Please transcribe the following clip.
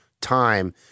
time